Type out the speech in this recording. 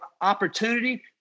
opportunity